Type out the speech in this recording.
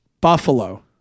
Buffalo